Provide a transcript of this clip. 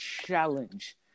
challenge